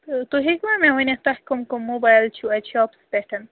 تہُٕۍ ہیٚکوا مےٚ ؤنِتھ تۄہہِ کٔمۍ کٔمۍ موبایِل چھُ اَتہِ شاپَس پٮ۪ٹھ